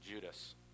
Judas